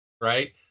right